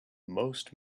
most